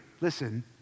listen